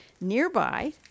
nearby